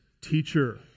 teacher